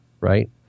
right